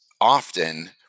often